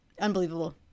Unbelievable